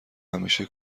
همیشه